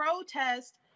protest